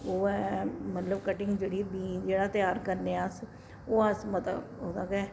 ओह् ऐ मतलब कटिंग जेह्ड़ी बी जेह्ड़ा त्यार करने आं अस ओह् अस मता ओह्दा गै